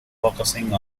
focusing